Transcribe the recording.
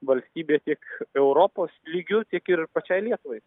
valstybė tiek europos lygiu tiek ir pačiai lietuvai